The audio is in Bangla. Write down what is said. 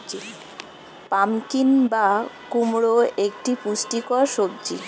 পাম্পকিন বা কুমড়ো একটি পুষ্টিকর সবজি